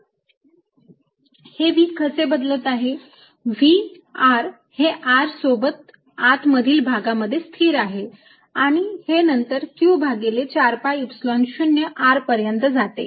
If zR VzσR20zzR RzσR04πσR24π0RQ4π0R हे V कसे बदलत आहे V R हे R सोबत आत मधील भागामध्ये स्थिर आहे आणि हे नंतर Q भागिले 4 pi Epsilon 0 R पर्यंत जाते